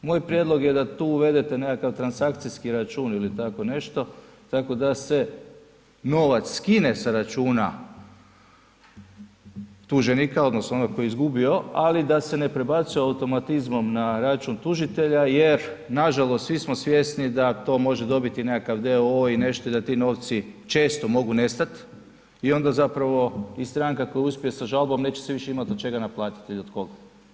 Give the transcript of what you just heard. Moj prijedlog je da tu uvedete nekakav transakcijski račun ili tako nešto tako da se novac skine sa računa tuženika odnosno onog tko je izgubio ali da se ne prebacuje automatizmom na račun tužitelja jer nažalost svi smo svjesni da to može dobiti nekakav d.o.o. i nešto i da ti novci često mogu nestati i onda zapravo i stranka koja uspije sa žalbom neće se više imat od čega naplatiti i od koga.